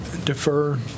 Defer